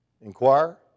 inquire